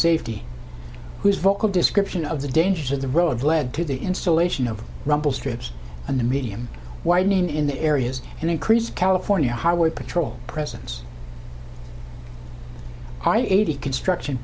safety whose vocal description of the dangers of the road led to the installation of rumble strips and the medium widening in the areas and increase california highway patrol presence i eighty construction